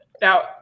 Now